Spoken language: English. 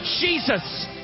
Jesus